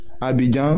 Abidjan